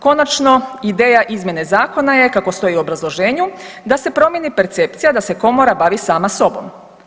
Konačno, ideja izmjene Zakona je, kako stoji u obrazloženju, da se promjeni percepcija da se Komora bavi sama sobom.